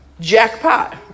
Jackpot